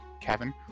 Kevin